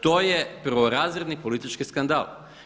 To je prvorazredni politički skandal.